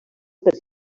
per